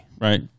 Right